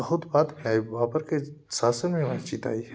बहुत बाद आई बाबर के शासन में मस्जिद आई